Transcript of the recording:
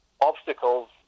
obstacles